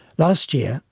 last year,